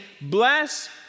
bless